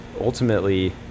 ultimately